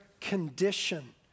condition